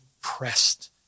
pressed